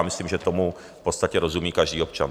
Myslím, že tomu v podstatě rozumí každý občan.